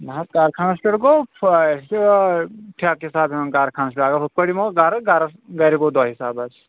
نہٕ حظ کارخانس پٮ۪ٹھ گوٚو ٹھیٖکہٕ حِسابہٕ یِوان کار خانس پٮ۪ٹھ اگر ہُتھ پٲٹھۍ یِمو گرٕ گرَس گرِ گوو حساب